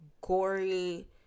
gory